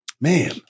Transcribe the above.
man